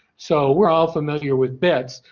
so, we're all familiar with bits.